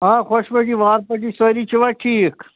آ خۄش پٲٹھی وارٕ پٲٹھی سٲری چھِوا ٹھیٖک